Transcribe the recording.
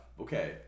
Okay